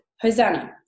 Hosanna